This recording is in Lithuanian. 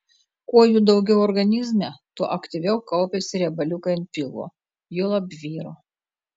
kuo jų daugiau organizme tuo aktyviau kaupiasi riebaliukai ant pilvo juolab vyro